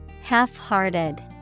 Half-hearted